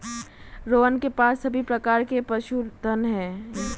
रोहन के पास सभी प्रकार के पशुधन है